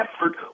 effort